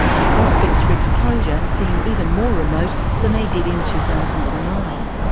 and prospects for its closure seem even more remote than they did in two thousand and nine.